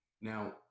Now